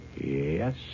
Yes